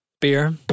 Beer